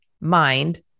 mind